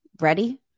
ready